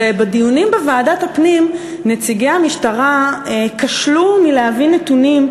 ובדיונים בוועדת הפנים נציגי המשטרה כשלו מלהביא נתונים,